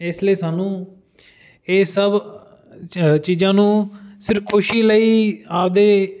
ਇਸ ਲਈ ਸਾਨੂੰ ਇਹ ਸਭ 'ਚ ਚੀਜ਼ਾਂ ਨੂੰ ਸਿਰਫ ਖੁਸ਼ੀ ਲਈ ਆਪਦੇ